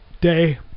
day